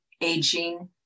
aging